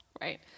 Right